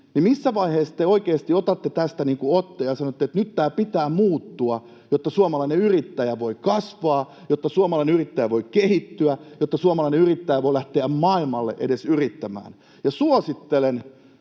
Missä vaiheessa te oikeasti otatte tästä otteen ja sanotte, että nyt tämän pitää muuttua, jotta suomalainen yrittäjä voi kasvaa, jotta suomalainen yrittäjä voi kehittyä, jotta suomalainen yrittäjä voi lähteä maailmalle edes yrittämään?